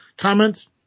comments